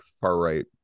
far-right